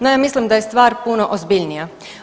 No, ja mislim da je stvar puno ozbiljnija.